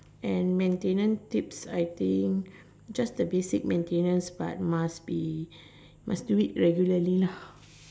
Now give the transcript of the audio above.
and maintenance tips I think just the basic maintenance but must be must do it regularly lah